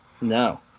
No